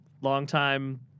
longtime